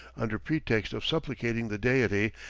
under pretext of supplicating the deity,